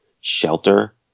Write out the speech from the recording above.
shelter